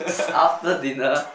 after dinner